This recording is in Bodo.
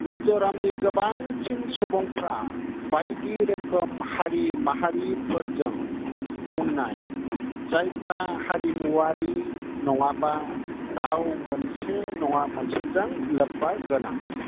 मिज'रामनि गोबांसिन सुबुंफ्रा बायदि रोखोम हारि माहारिफोरजों बुंनाय जायफ्रा हारिमुवारि नङाबा राव मोनसे नङा मोनसेजों लोब्बा गोनां